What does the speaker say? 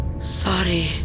Sorry